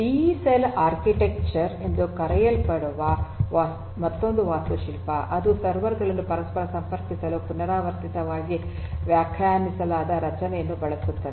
diesel architecture ಎಂದು ಕರೆಯಲ್ಪಡುವ ಮತ್ತೊಂದು ವಾಸ್ತುಶಿಲ್ಪವಿದೆ ಅದು ಸರ್ವರ್ ಅನ್ನು ಪರಸ್ಪರ ಸಂಪರ್ಕಿಸಲು ಪುನರಾವರ್ತಿತವಾಗಿ ವ್ಯಾಖ್ಯಾನಿಸಲಾದ ರಚನೆಯನ್ನು ಬಳಸುತ್ತದೆ